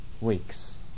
weeks